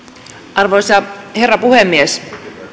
arvoisa herra puhemies